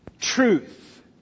Truth